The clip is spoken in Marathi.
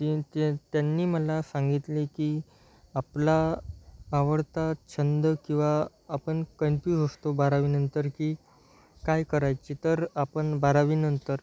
तीन त्येन त्यांनी मला सांगितले की आपला आवडता छंद किंवा आपण कन्प्यूज असतो बारावीनंतर की काय करायचे तर आपण बारावीनंतर